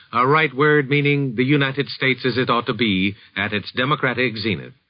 a wright word meaning the united states as it ought to be at its democratic zenith.